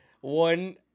one